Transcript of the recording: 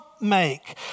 make